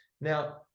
Now